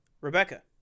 rebecca